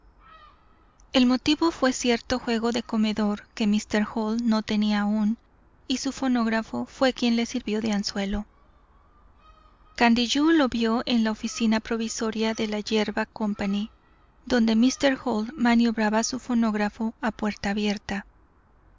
el motivo fué cierto juego de comedor que míster hall no tenía aún y su fonógrafo fué quien le sirvió de anzuelo candiyú lo vió en la oficina provisoria de la yerba company donde míster hall maniobraba su fonógrafo a puerta abierta